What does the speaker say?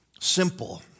simple